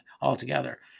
altogether